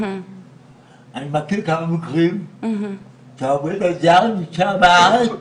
אני מכיר כמה מקרים שהעובד הזר נשאר בארץ